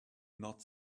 not